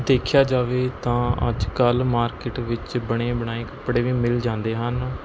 ਦੇਖਿਆ ਜਾਵੇ ਤਾਂ ਅੱਜ ਕੱਲ੍ਹ ਮਾਰਕਿਟ ਵਿੱਚ ਬਣੇ ਬਣਾਏ ਕੱਪੜੇ ਵੀ ਮਿਲ ਜਾਂਦੇ ਹਨ